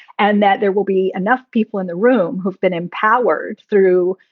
and that there will be enough people in the room who've been empowered through,